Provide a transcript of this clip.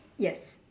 yes